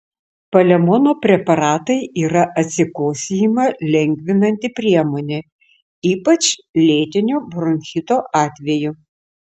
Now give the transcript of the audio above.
palemono preparatai yra atsikosėjimą lengvinanti priemonė ypač lėtinio bronchito atveju